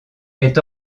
est